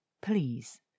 please